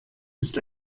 ist